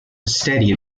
steady